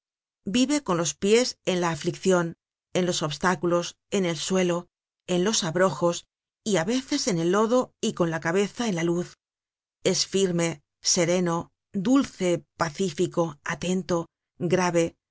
vive con los pies en la afliccion en los obstáculos en el suelo en los abrojos y á veces en el lodo y con la cabeza en la luz es firme sereno dulce pacífico atento grave